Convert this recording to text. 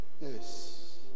Yes